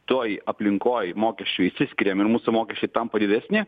toj aplinkoj mokesčių išsiskiriam ir mūsų mokesčiai tampa didesni